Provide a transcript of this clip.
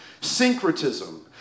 syncretism